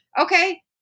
Okay